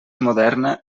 moderna